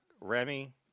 Remy